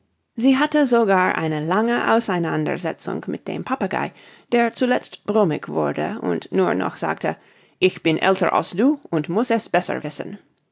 sie hatte sogar eine lange auseinandersetzung mit dem papagei der zuletzt brummig wurde und nur noch sagte ich bin älter als du und muß es besser wissen